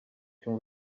can